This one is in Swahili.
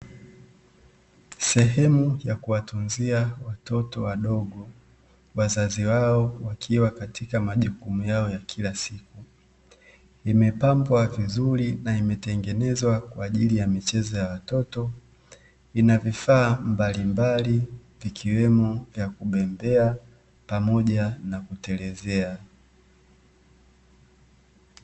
Sehemu ya kuwatunzia watoto wadogo wazazi wao wakiwa katika majukumu yao ya kila siku imepambwa vizuri, na imetengenezwa kwaajili ya michezo ya watoto ina vifaa mbalimbali ikiwemo vya kubembea pamoja na kutelezea.